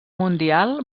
mundial